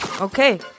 Okay